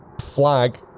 flag